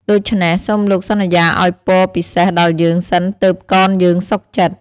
ដូច្នេះ សូមលោកសន្យាឱ្យពរពិសេសដល់យើងសិនទើបកនយើងសុខចិត្ត។